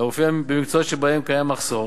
ולרופאים במקצועות שבהם קיים מחסור,